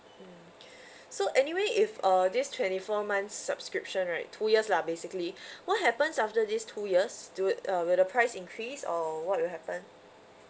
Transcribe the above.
mm so anyway if uh this twenty four months subscription right two years lah basically what happens after this two years do uh will the price increase or what will happen